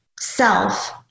self